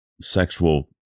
sexual